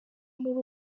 muri